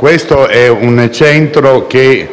Intanto, è un Centro che